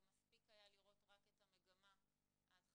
מספקי היה לראות רק את המגמה ההתחלתית,